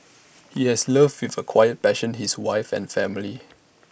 he has loved with A quiet passion his wife and family